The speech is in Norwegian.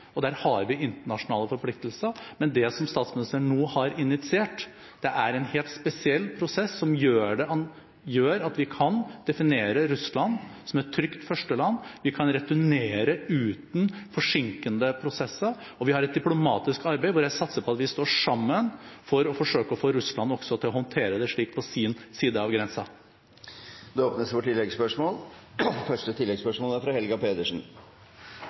og der har vi internasjonale forpliktelser, men det som statsministeren nå har initiert, er en helt spesiell prosess, som gjør at vi kan definere Russland som et trygt førsteland. Vi kan returnere uten forsinkende prosesser, og vi har et diplomatisk arbeid, hvor jeg satser på at vi står sammen for å forsøke å få Russland også til å håndtere det slik på sin side av grensen. Det åpnes for oppfølgingsspørsmål – først Helga Pedersen.